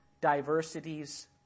diversities